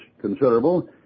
considerable